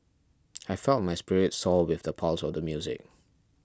I felt my spirits soar with the pulse of the music